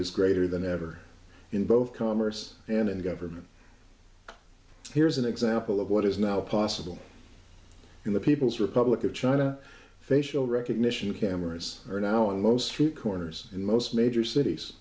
is greater than ever in both commerce and in government here's an example of what is now possible in the people's republic of china facial recognition cameras are now on most street corners in most major cities